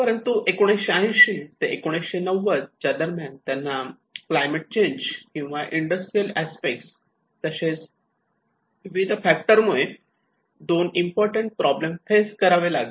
परंतु 1980 ते 1990 च्या दरम्यान त्यांना क्लायमेट चेंज किंवा इंडस्ट्रियल अस्पेक्ट तसेच विविध फॅक्टर मुळे दोन इम्पॉर्टंट प्रॉब्लेम फेस करावे लागले